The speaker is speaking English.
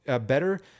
better